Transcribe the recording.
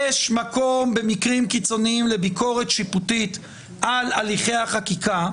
יש מקום במקרים קיצוניים לביקורת שיפוטית על הליכי החקיקה,